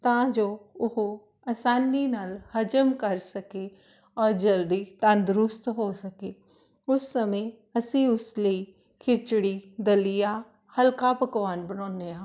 ਤਾਂ ਜੋ ਉਹ ਆਸਾਨੀ ਨਾਲ ਹਜ਼ਮ ਕਰ ਸਕੇ ਔਰ ਜਲਦੀ ਤੰਦਰੁਸਤ ਹੋ ਸਕੇ ਉਸ ਸਮੇਂ ਅਸੀਂ ਉਸ ਲਈ ਖਿਚੜੀ ਦਲੀਆ ਹਲਕਾ ਪਕਵਾਨ ਬਣਾਉਂਦੇ ਹਾਂ